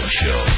show